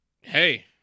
Hey